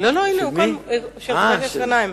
ביום כ"ו באייר התשס"ט (20 במאי 2009):